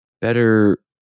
better